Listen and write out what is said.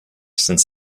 since